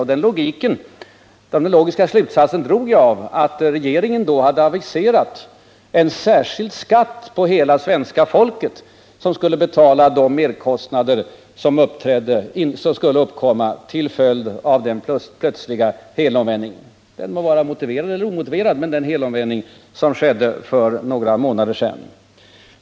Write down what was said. Och den logiska slutsatsen drog jag bl.a. därför att regeringen då hade aviserat en särskild skatt för hela svenska folket, som skulle finansiera de merkostnader som skulle uppkomma till följd av den plötsliga helomvändning — den må vara motiverad eller omotiverad — som socialdemokraterna gjorde för några månader sedan.